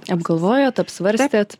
apgalvojot apsvarstėt